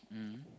mm